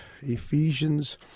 Ephesians